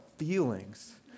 Feelings